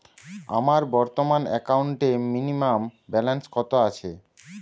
আমার বর্তমান একাউন্টে মিনিমাম ব্যালেন্স কত আছে?